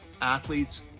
athletes